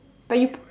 but you